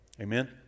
Amen